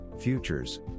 futures